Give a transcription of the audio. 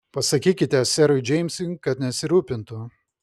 pasakykite serui džeimsui kad nesirūpintų